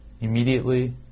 immediately